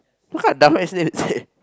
what kind of dumb ass name is that